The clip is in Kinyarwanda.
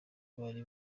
bari